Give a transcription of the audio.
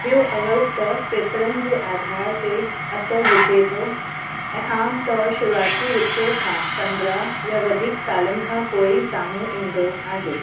हीअ अवलि त फिफिड़नि जे आधार ते असरु विझे थो ऐं आमु तौरु शुरूआती विचुड़ खां पंद्रहं या वधीक सालनि खां पोइ साम्हूं ईंदो आहे